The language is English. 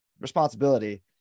responsibility